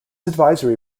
advisory